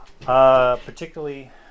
Particularly